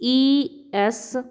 E S